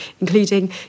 including